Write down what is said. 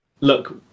look